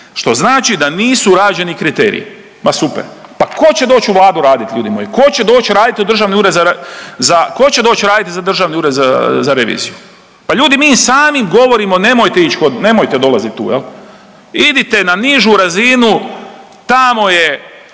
što znači da nisu rađeni kriteriji.“ Ma super! Pa tko će doći u Vladu raditi ljudi moji? Tko će doći raditi u Državni ured za reviziju? Pa ljudi mi sami govorimo nemojte ići, nemojte dolazit tu. Jel'? Idite na nižu razinu tamo je